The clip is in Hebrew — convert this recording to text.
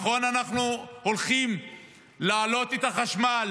נכון, אנחנו הולכים להעלות את החשמל